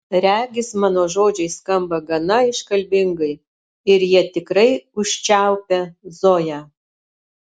regis mano žodžiai skamba gana iškalbingai ir jie tikrai užčiaupia zoją